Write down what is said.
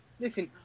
Listen